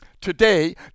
Today